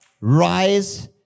rise